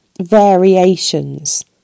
variations